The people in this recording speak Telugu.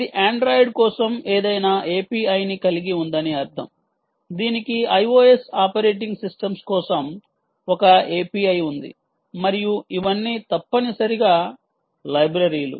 ఇది Android కోసం ఏదైనా API ని కలిగి ఉందని అర్ధం దీనికి iOS ఆపరేటింగ్ సిస్టమ్స్ కోసం ఒక API ఉంది మరియు ఇవన్నీ తప్పనిసరిగా లైబ్రరీలు